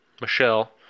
Michelle